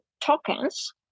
tokens